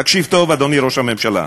תקשיב טוב, אדוני ראש הממשלה: